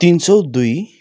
तिन सय दुई